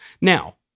Now